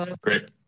Great